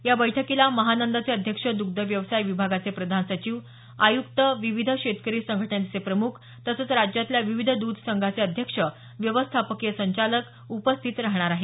या बैठकीला महानंदचे अध्यक्ष दृग्ध व्यवसाय विभागाचे प्रधान सचिव आयुक्त विविध शेतकरी संघटनेचे प्रमुख तसंच राज्यातल्या विविध द्ध संघांचे अध्यक्ष व्यवस्थापकीय संचालक उपस्थित राहणार आहेत